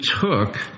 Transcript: took